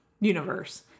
universe